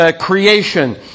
creation